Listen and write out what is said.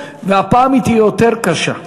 הפעם היא תהיה יותר קשה.